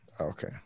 Okay